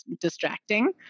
distracting